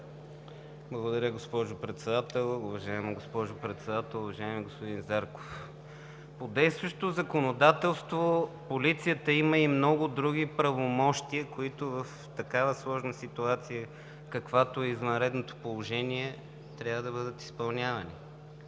Благодаря Ви, госпожо Председател. Уважаема госпожо Председател, уважаеми господин Зарков! По действащото законодателство полицията има и много други правомощия, които в такава сложна ситуация, каквато е извънредното положение, трябва да бъдат изпълнявани.